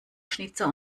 schnitzer